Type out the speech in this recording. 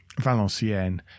valenciennes